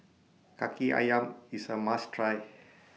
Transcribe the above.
Kaki Ayam IS A must Try